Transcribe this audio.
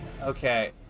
Okay